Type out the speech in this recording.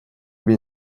bin